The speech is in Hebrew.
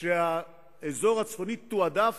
לכך שהאזור הצפוני תועדף